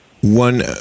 one